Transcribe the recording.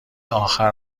آخر